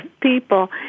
people